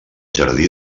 jardí